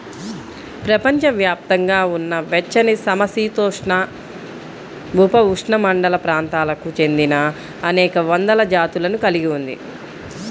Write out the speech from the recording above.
ప్రపంచవ్యాప్తంగా ఉన్న వెచ్చనిసమశీతోష్ణ, ఉపఉష్ణమండల ప్రాంతాలకు చెందినఅనేక వందల జాతులను కలిగి ఉంది